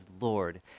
Lord